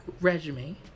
resume